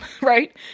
right